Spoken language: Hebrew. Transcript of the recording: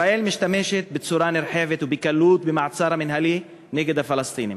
ישראל משתמשת בצורה נרחבת ובקלות במעצר המינהלי נגד הפלסטינים.